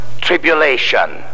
tribulation